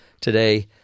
today